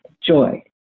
Joy